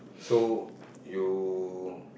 so you